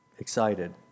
excited